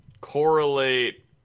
correlate